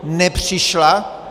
Nepřišla.